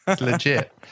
legit